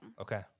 Okay